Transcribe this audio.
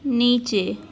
નીચે